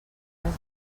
les